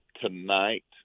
tonight